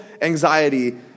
anxiety